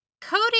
Cody